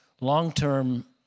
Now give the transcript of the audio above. long-term